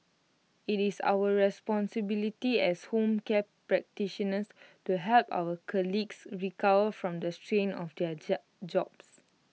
IT is our responsibility as home care practitioners to help our colleagues recover from the strain of their jobs